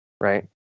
Right